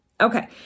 Okay